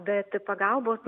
bet pagalbos